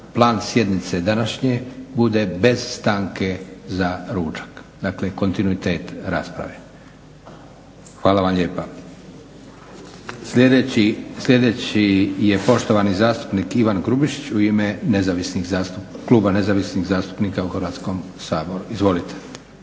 plan sjednice današnje bude bez stanke za ručak, dakle kontinuitet rasprave? Hvala vam lijepa. Sljedeći je poštovani zastupnik Ivan Grubišić u ime nezavisnih zastupnika, Kluba nezavisnih zastupnika u Hrvatskom saboru. Izvolite.